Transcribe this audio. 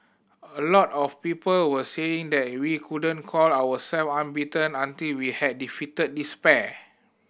a lot of people were saying that we couldn't call our self unbeaten until we had defeated this pair